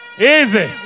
Easy